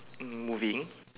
um moving